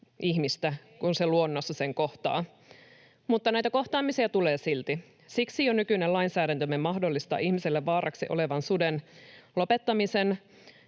enää!] kun se luonnossa sen kohtaa. Mutta näitä kohtaamisia tulee silti. Siksi jo nykyinen lainsäädäntömme mahdollistaa ihmiselle vaaraksi olevan suden lopettamisen.